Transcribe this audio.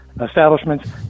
establishments